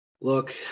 Look